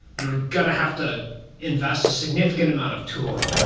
you're going to have to invest a significant amount of tooling.